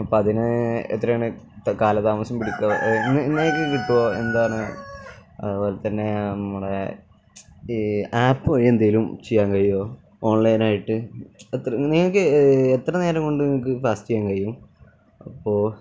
അപ്പ അതിന് എത്രയാണ് കാല താമസം പിടിക്കുമോ ഇന്നേക്ക് കിട്ടുമോ എന്താണ് അതുപോലെത്തന്നെ നമ്മുടെ ഈ ആപ്പ് വഴി എന്തെങ്കിലും ചെയ്യാൻ കഴിയുമോ ഓൺലൈനായിട്ട് എത്ര നിങ്ങൾക്ക് എത്ര നേരം കൊണ്ട് നിങ്ങൾക്ക് ഫാസ്റ്റ് ചെയ്യാൻ കഴിയും അപ്പോൾ